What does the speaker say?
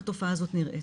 על איך התופעה הזאת נראית.